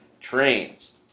trains